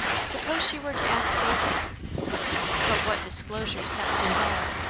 suppose she were to ask basil but what disclosures that would involve!